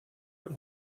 but